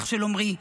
אח של עומרי,